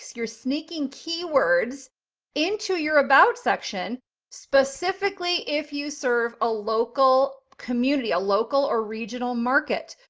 you're sneaking keywords into your about section specifically if you serve a local community, a local or regional market.